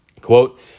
Quote